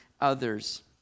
others